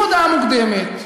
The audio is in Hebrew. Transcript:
באים בלי שום הודעה מוקדמת,